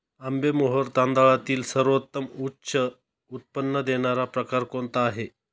आंबेमोहोर तांदळातील सर्वोत्तम उच्च उत्पन्न देणारा प्रकार कोणता आहे?